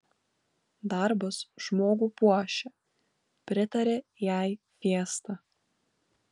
darbas žmogų puošia pritarė jai fiesta